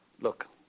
Look